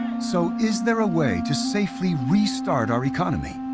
so is there a way to safely restart our economy?